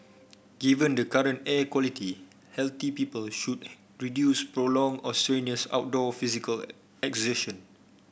given the current air quality healthy people should reduce prolonged or strenuous outdoor physical exertion